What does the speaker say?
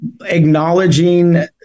acknowledging